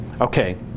Okay